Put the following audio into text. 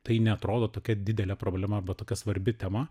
tai neatrodo tokia didelė problema arba tokia svarbi tema